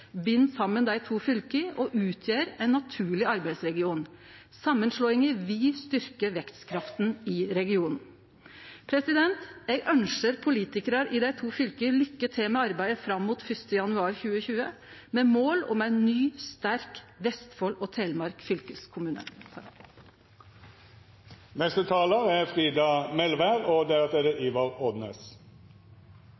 bind saman dei to fylka og utgjer ein naturleg arbeidsregion. Samanslåinga vil styrkje vekstkrafta i regionen. Eg ønskjer politikarar i dei to fylka lykke til med arbeidet fram mot 1. januar 2020, med mål om ein ny, sterk Vestfold og Telemark fylkeskommune. Vedtaket om samanslåinga av Sogn og Fjordane og Hordaland var eit demokratisk og frivillig fatta vedtak i